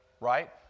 Right